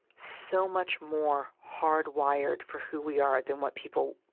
so much more hard-wired for who we are than what people,